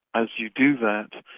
as you do that,